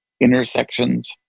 intersections